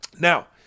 Now